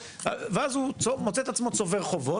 ואז הוא מוצא את עצמו צובר חובות,